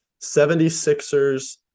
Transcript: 76ers